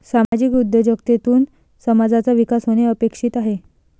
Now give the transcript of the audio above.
सामाजिक उद्योजकतेतून समाजाचा विकास होणे अपेक्षित आहे